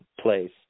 place